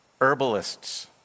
herbalists